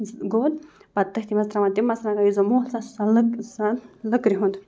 گوٚد پَتہٕ تٔتھی منٛز ترٛاوان تِم مرژٕوانٛگَن یُس زَن موٚہَل چھِ آسان سُہ چھِ آسان لٔک سُہ چھِ آسان لٔکرِ ہُنٛد